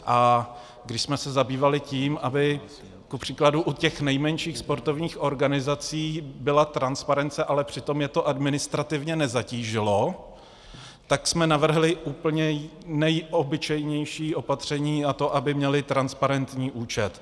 A když jsme se zabývali tím, aby kupříkladu u těch nejmenších sportovních organizací byla transparence, ale přitom je to administrativně nezatížilo, navrhli jsme úplně nejobyčejnější opatření, a to, aby měly transparentní účet.